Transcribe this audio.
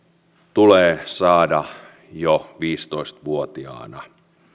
tulee saada jo viisitoista vuotiaana